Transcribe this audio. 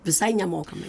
visai nemokamai